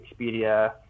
Expedia